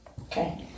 okay